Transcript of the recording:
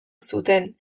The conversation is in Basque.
zuten